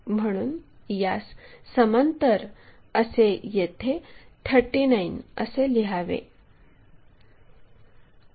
म्हणून यास समांतर असे येथे 39 असे लिहावे